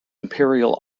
imperial